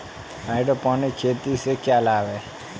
Hydroponic खेती से क्या लाभ हैं?